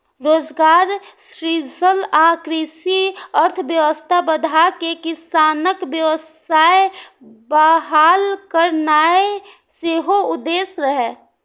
रोजगार सृजन आ कृषि अर्थव्यवस्था बढ़ाके किसानक विश्वास बहाल करनाय सेहो उद्देश्य रहै